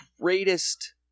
greatest